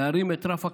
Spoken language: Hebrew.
להרים את רף הכניסה.